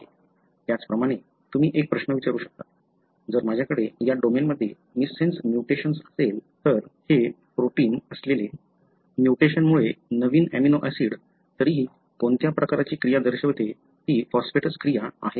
त्याचप्रमाणे तुम्ही एक प्रश्न विचारू शकता जर माझ्याकडे या डोमेनमध्ये मिससेन्स म्युटेशन असेल तर हे प्रोटीन असलेले म्यूटेशनमुळे नवीन अमिनो ऍसिड तरीही कोणत्या प्रकारची क्रिया दर्शवते ती फॉस्फेटेस क्रिया आहे का